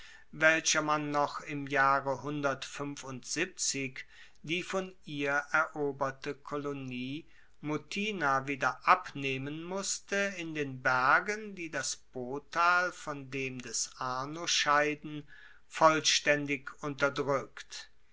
weicher man noch im jahre die von ihr eroberte kolonie mutina wieder abnehmen musste in den bergen die das potal von dem des arno scheiden vollstaendig unterdrueckt